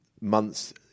months